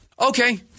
Okay